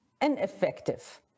ineffective